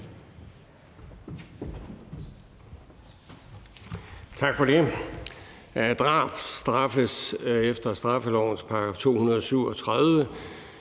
Tak for det.